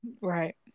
right